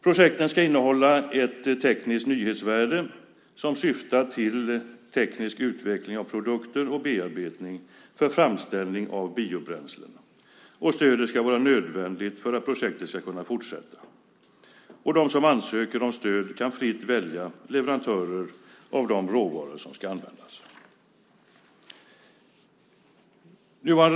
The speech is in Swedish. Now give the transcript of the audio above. Projekten ska innehålla ett tekniskt nyhetsvärde som syftar till teknisk utveckling av produkter och bearbetning för framställning av biobränslen, och stödet ska vara nödvändigt för att projektet ska kunna fortsätta. De som ansöker om stöd kan fritt välja leverantör av de råvaror som ska användas.